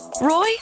Roy